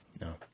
No